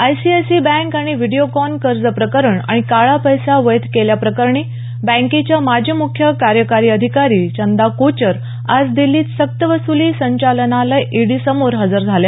ICICI bank आणि Videocon कर्ज प्रकरण आणि काळा पैसा वैध केल्याप्रकरणी बँकेच्या माजी मुख्य कार्यकारी अधिकारी चंदा कोचर आज दिल्लीत सक्तवसूली संचालनालय ईडी समोर हजर झाल्या